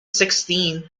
sixteen